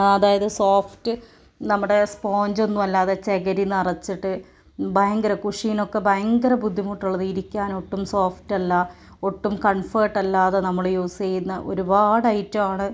അതായത് സോഫ്റ്റ് നമ്മുടെ സ്പോഞ്ചൊന്നുമല്ലാതെ ചകിരി നിറച്ചിട്ട് ഭയങ്കര കുഷീനൊക്കെ ഭയങ്കര ബുദ്ധിമുട്ടുള്ളത് ഇരിക്കാനൊട്ടും സോഫ്റ്റ് അല്ല ഒട്ടും കംഫർട്ട് അല്ലാതെ നമ്മൾ യൂസ് ചെയ്യുന്ന ഒരുപാട് ഐറ്റം ആണ്